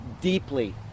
deeply